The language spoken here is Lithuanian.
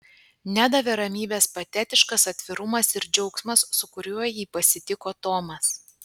nedavė ramybės patetiškas atvirumas ir džiaugsmas su kuriuo jį pasitiko tomas